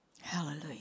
Hallelujah